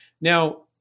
now